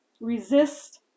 Resist